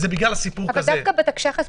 זה בגלל סיפורים כאלה.